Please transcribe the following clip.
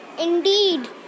indeed